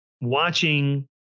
watching